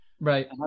Right